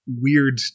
weird